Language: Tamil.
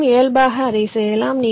மிகவும் இயல்பாகவே அதைச் செய்யலாம்